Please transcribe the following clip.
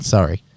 Sorry